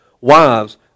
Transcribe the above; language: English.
Wives